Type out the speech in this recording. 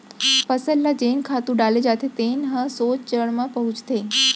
फसल ल जेन खातू डाले जाथे तेन ह सोझ जड़ म पहुंचथे